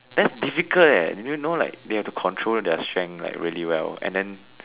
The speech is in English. that's difficult eh did you know like they have to control their strength like really well and then